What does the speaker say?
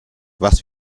was